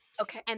Okay